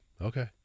Okay